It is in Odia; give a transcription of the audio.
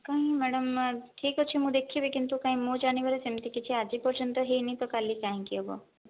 କାଇଁ ମାଡ଼ାମ ନା ଠିକ୍ଅଛି ମୁଁ ଦେଖିବି କିନ୍ତୁ କାଇଁ ମୁଁ ଜାଣିବାରେ ସେମିତି କିଛି ଆଜିପର୍ଯ୍ୟନ୍ତ ହୋଇନି ତ କାଲି କାହିଁକି ହେବ